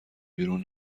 بیرون